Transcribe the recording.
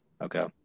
Okay